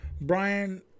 brian